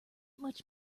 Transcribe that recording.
much